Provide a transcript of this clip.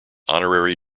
honorary